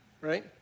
Right